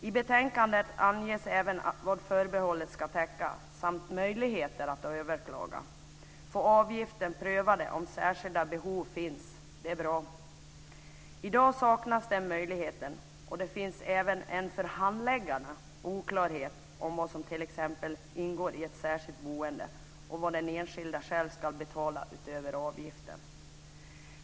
I betänkandet anges även vad förbehållsbeloppet ska täcka, möjligheter att överklaga och få avgiften prövad om särskilda behov finns, vilket är bra. I dag saknas den möjligheten, och det finns även en oklarhet för handläggarna om vad som t.ex. ingår i ett särskilt boende och vad den enskilda själv ska betala utöver avgiften.